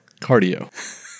cardio